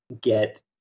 get